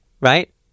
Right